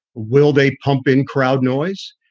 will they pump in crowd noise?